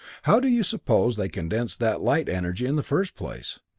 how do you suppose they condense that light energy in the first place,